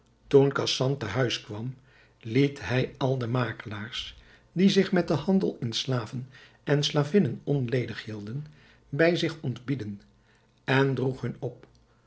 khasan te huis kwam liet hij al de makelaars die zich met den handel in slaven en slavinnen onledig hielden bij zich ontbieden en droeg hun op